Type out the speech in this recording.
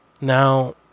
now